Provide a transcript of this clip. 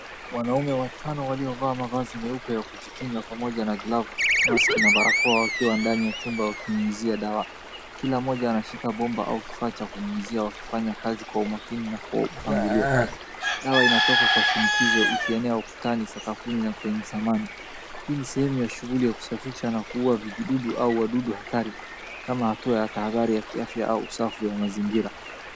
Wanaume watano waliovaa mavazi meupe ya kujikinga pamoja na glavu, maski na barakoa wakiwa ndani ya chumba wakinyunyizia dawa. Kila mmoja anashika bomba au kifaa cha kunyunyizia wakifanya kazi kwa umakini na kwa upangilio. Dawa inatoka kwa shinikizo ikienea ukutani, sakafuni na kwenye samani. Hii ni sehemu ya shughuli ya kusafisha na kuua vijidudu au wadudu hatari kama hatua ya tahadhari ya kiafya au usafi wa mazingira.